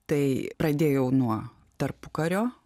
tai pradėjau nuo tarpukario